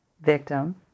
victim